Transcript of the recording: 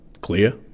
Clear